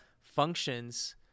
functions